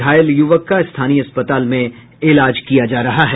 घायल युवक का स्थानीय अस्पताल में इलाज किया जा रहा है